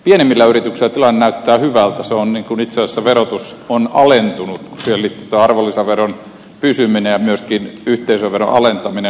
pienemmillä yrityksillä tilanne näyttää hyvältä itse asiassa verotus on alentunut kun siihen liitetään arvonlisäveron pysyminen ja myöskin yhteisöveron alentaminen